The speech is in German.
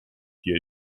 hier